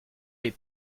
les